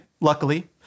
luckily